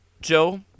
Joe